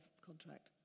contract